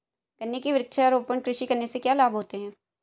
गन्ने की वृक्षारोपण कृषि करने से क्या लाभ होते हैं?